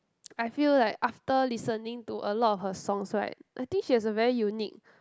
I feel like after listening to a lot of her songs right I think she has a very unique